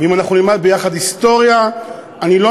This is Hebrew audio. ואם אנחנו נלמד ביחד היסטוריה אני לא